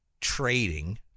trading